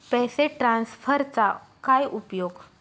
पैसे ट्रान्सफरचा काय उपयोग?